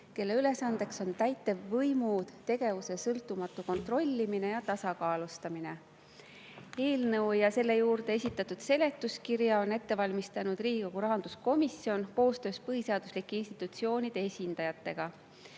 kelle ülesandeks on täitevvõimu tegevuse sõltumatu kontrollimine ja tasakaalustamine. Eelnõu ja selle juurde esitatud seletuskirja on ette valmistanud Riigikogu rahanduskomisjon koostöös põhiseaduslike institutsioonide esindajatega.